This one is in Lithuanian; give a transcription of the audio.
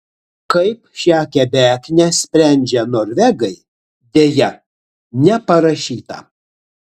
kaip šią kebeknę sprendžia norvegai deja neparašyta